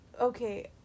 okay